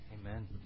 Amen